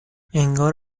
انگار